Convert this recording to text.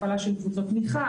הפעלה של קבוצות תמיכה,